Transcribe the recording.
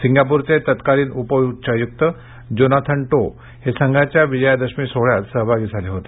सिंगाप्रचे तत्कालिन उप उच्चायुक्त जोनाथन टो हे संघाच्या विजयादशमी सोहळ्यात सहभागी झाले होते